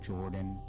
Jordan